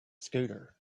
scooter